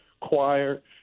choir